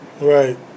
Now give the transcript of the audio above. Right